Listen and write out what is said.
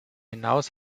hinaus